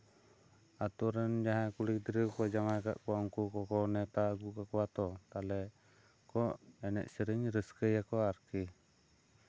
ᱟᱛᱳ ᱨᱮᱱ ᱡᱟᱦᱟᱸᱭ ᱠᱩᱲᱤ ᱜᱤᱫᱽᱨᱟᱹ ᱠᱚᱠᱚ ᱡᱟᱶᱟᱭ ᱠᱟᱜ ᱠᱚᱣᱟ ᱩᱱᱠᱩ ᱠᱚᱠᱚ ᱱᱮᱣᱛᱟ ᱟᱹᱜᱩ ᱠᱟᱠᱚ ᱟᱛᱚ ᱛᱟᱦᱚᱞᱮ ᱠᱚ ᱮᱱᱮᱡ ᱥᱮᱨᱮᱧ ᱨᱟᱹᱥᱠᱟᱹ ᱭᱟᱠᱚ ᱟᱨᱠᱤ